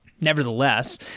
Nevertheless